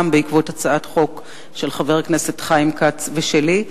גם כן בעקבות הצעת חוק של חבר הכנסת חיים כץ ושלי.